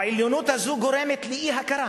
העליונות הזאת גורמת לאי-הכרה,